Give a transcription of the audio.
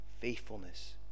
faithfulness